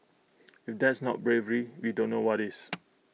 if that's not bravery we don't know what is